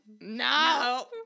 No